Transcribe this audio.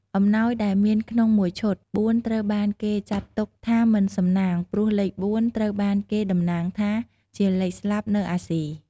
អំណោយដែលមានក្នុងមួយឈុតបួនត្រូវបានគេចាត់ទុកថាមិនសំណាងព្រោះលេខបួនត្រូវបានគេតំណាងថាជាលេងស្លាប់នៅអាស៊ី។